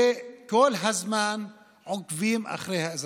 וכל הזמן עוקבים אחרי האזרחים.